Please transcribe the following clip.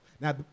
Now